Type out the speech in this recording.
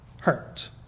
hurt